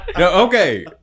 Okay